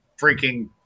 freaking